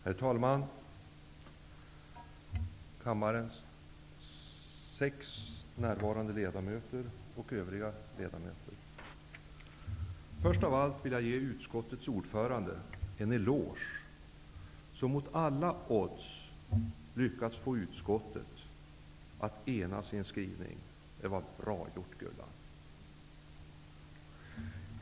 Herr talman! Kammarens sex närvarande ledamöter! Övriga ledamöter! Först av allt vill jag ge utskottets ordförande en eloge. Mot alla odds har hon lyckats få utskottet att enas i en skrivning. Det var bra gjort, Gullan Lindblad!